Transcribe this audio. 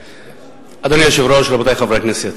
אדוני היושב-ראש, רבותי חברי הכנסת,